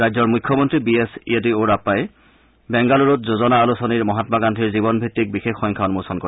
ৰাজ্যৰ মুখ্যমন্তী B S য়েদিয়ুৰাপ্পাই বেংগালুৰুত যোজনা আলোচনীৰ মহামা গান্ধীৰ জীৱনভিত্তিক বিশেষ সংখ্যা উন্মোচন কৰে